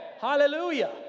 Hallelujah